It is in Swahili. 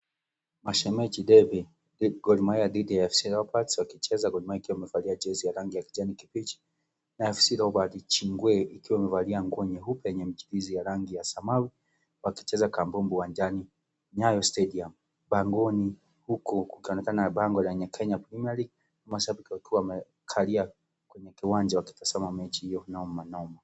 Mashemeji derby Gor Mahia dhidi ya AFC Leopards wakicheza Gor Mahia ikiwa imevalia jezi ya rangi ya kijani kibichi na AFC Leopards Ingwe ikiwa imevalia nguo nyeupe yenye michirizi ya rangi ya samawi wakicheza kambumbu uwanjani Nyayo Stadium pangoni huko kukionekana bango lenye Kenya Premier League mashabiki wakiwa wamekalia kwenye kiwanja wakitazama mechi hiyo noma noma.